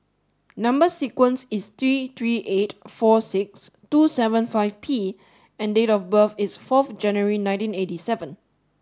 number sequence is T three eight four six two seven five P and date of birth is forth January nineteen eighty seven